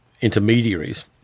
intermediaries